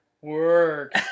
work